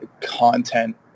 content